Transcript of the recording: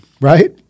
right